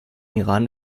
iran